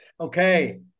okay